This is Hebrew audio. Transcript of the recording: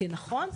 כנכון,